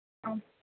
आम्